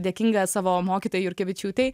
dėkinga savo mokytojai jurkevičiūtei